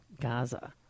Gaza